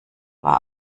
war